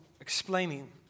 explaining